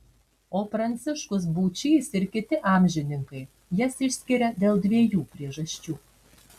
o pranciškus būčys ir kiti amžininkai jas išskiria dėl dviejų priežasčių